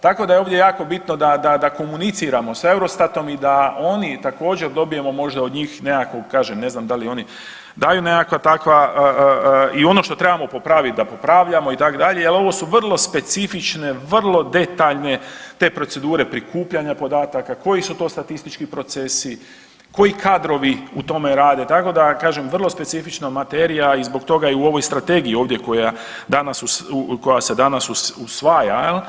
Tako da je ovdje jako bitno da komuniciramo s EUROSTATOM i da oni također dobijemo možda od njih nekakvu kažem, ne znam da li oni daju nekakva takva i ono što trebamo popravit da popravljamo itd. jel ovo su vrlo specifične, vrlo detaljne te procedure prikupljanja podataka, koji su to statistički procesi, koji kadrovi u tome rade tako da kažem vrlo specifična materija i zbog toga je u ovoj strategiji ovdje koja se danas usvaja.